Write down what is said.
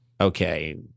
okay